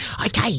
Okay